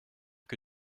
que